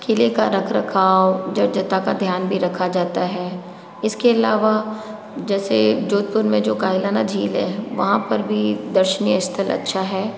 किले का रख रखाव जर्जरता का ध्यान भी रखा जाता है इसके अलावा जैसे जोधपुर में जो कायलाना झील है वहाँ पर भी दर्शनीय स्थल अच्छा है